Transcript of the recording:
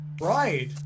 Right